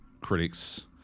critics